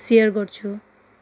share गर्छौँ